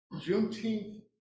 juneteenth